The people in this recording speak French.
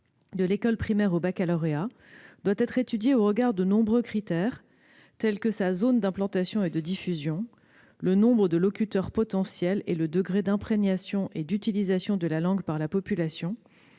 de l'école primaire au baccalauréat, doit être étudiée au regard de nombreux critères, tels que sa zone d'implantation et de diffusion, le nombre de locuteurs potentiels et le degré d'imprégnation et d'utilisation de la langue par la population,